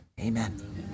Amen